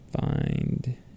find